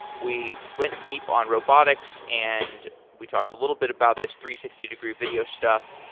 we went deep on robotics and we talked a little bit about this three sixty degree video stuff.